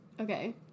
Okay